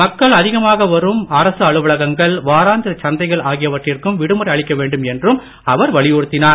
மக்கள் அதிகமாக வரும் அரசு அலுவலகங்கள் வாராந்திர சந்தைகள் ஆகியவற்றிற்கும் விடுமுறை அளிக்க வேண்டும் என்றும் அவர் வலியுறுத்தினார்